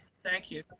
thank you,